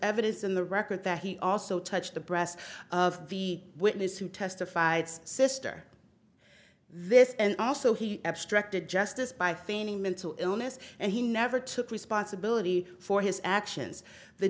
evidence in the record that he also touched the breast of the witness who testified sr this and also he obstructed justice by feigning mental illness and he never took responsibility for his actions the